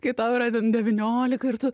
kai tau yra ten devyniolika ir tu